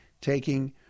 taking